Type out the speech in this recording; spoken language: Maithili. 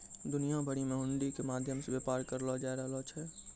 दुनिया भरि मे हुंडी के माध्यम से व्यापार करलो जाय रहलो छै